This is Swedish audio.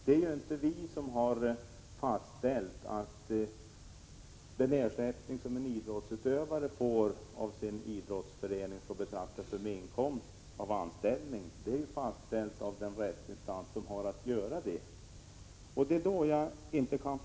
Det är inte vi som har fastställt att den ersättning som en idrottsutövare får av sin idrottsförening skall betraktas som inkomst av anställning. Det har fastställts av vederbörande rättsinstans.